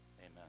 amen